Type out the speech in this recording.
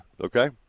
Okay